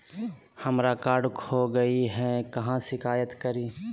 हमरा कार्ड खो गई है, कहाँ शिकायत करी?